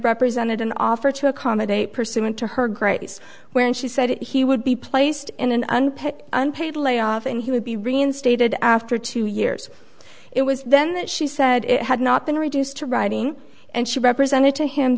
represented an offer to accommodate pursuant to her grace when she said he would be placed in an unpaid unpaid layoff and he would be reinstated after two years it was then that she said it had not been reduced to writing and she represented to him